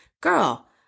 girl